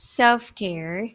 self-care